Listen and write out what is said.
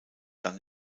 dann